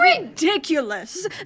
Ridiculous